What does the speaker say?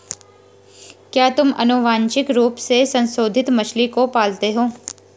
क्या तुम आनुवंशिक रूप से संशोधित मछली को पालते हो?